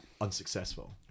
unsuccessful